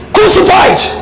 Crucified